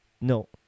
No